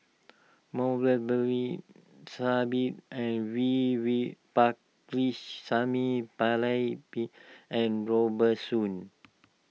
Sahib and V V Pakirisamy Pillai Bin and Robert Soon